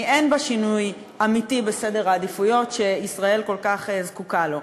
כי אין בה שינוי אמיתי בסדר העדיפויות שישראל כל כך זקוקה לו.